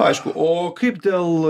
aišku o kaip dėl